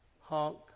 Honk